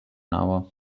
hour